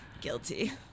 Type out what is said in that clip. Guilty